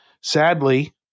sadly